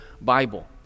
Bible